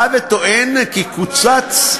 בא וטוען כי קוצץ,